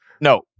No